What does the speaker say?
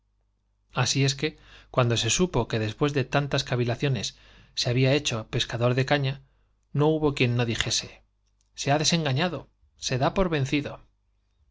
así es que cuando se supo que después cavilaciones se había hecho pescador de caña no hubo quien no dijese i se ha desengañado i se da por vencido en